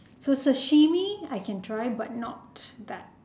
so sashimi I can try but not that